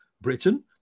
Britain